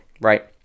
right